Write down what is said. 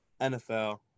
NFL